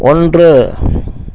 ஒன்று